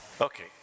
okay